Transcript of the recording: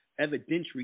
evidentiary